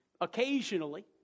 occasionally